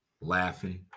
laughing